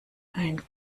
ein